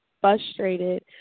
frustrated